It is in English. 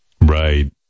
right